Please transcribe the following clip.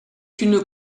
une